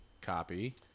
copy